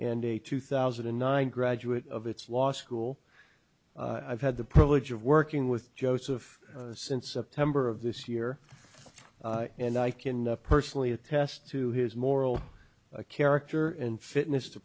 and a two thousand and nine graduate of its law school i've had the privilege of working with joseph since september of this year and i can personally attest to his moral character and fitness to